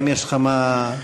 האם יש לך מה להשיב?